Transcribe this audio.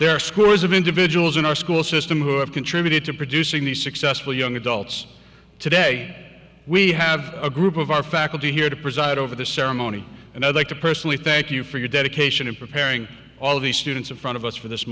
there are scores of individuals in our school system who have contributed to producing the successful young adults today we have a group of our faculty here to preside over the ceremony and i'd like to personally thank you for your dedication in preparing all the students in front of us for this